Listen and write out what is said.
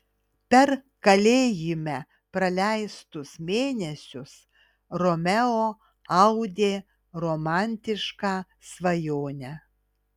per kalėjime praleistus mėnesius romeo audė romantišką svajonę